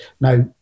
Now